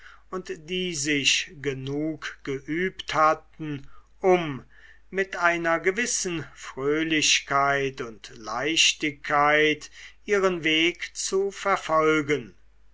und die sich genug geübt hatten um mit einer gewissen fröhlichkeit und leichtigkeit ihren weg zu verfolgen